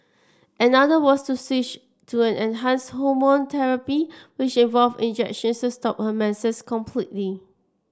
another was to switch to an enhanced hormone therapy which involved injections to stop her menses completely